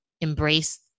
embrace